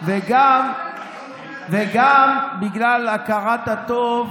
וגם בגלל הכרת הטוב